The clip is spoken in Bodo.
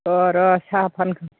अह र' साह फानखां